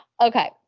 Okay